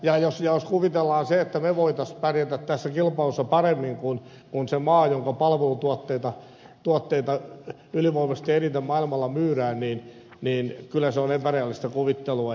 ja jos kuvitellaan että me voisimme pärjätä tässä kilpailussa paremmin kuin se maa jonka palvelutuotteita ylivoimaisesti eniten maailmalla myydään niin kyllä se on epärealistista kuvittelua